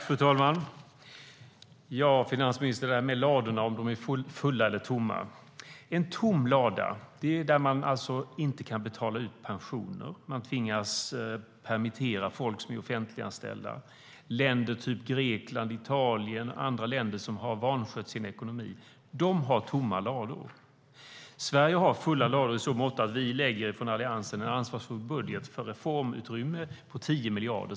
Fru talman! Ja, det var det här med ladorna, finansministern, om de är fulla eller tomma. Om ladan är tom kan man inte betala ut pensioner. Man tvingas permittera folk som är offentliganställda. Länder typ Grekland och Italien och andra länder som har vanskött sin ekonomi har tomma lador. Sverige har fulla lador i så måtto att vi från Alliansen lägger en ansvarsfull budget för ett reformutrymme på 10 miljarder.